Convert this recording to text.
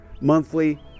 monthly